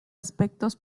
aspectos